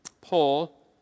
Paul